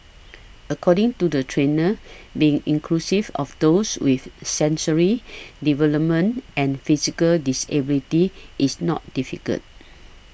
according to the trainers being inclusive of those with sensory development and physical disabilities is not difficult